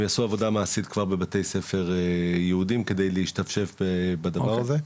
יעשו עבודה מעשית כבר בבתי ספר יהודים כדי להשתפשף בדבר הזה.